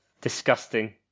Disgusting